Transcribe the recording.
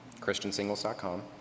ChristianSingles.com